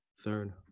third